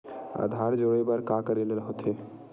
आधार जोड़े बर का करे ला होथे?